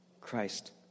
Christ